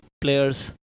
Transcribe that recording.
players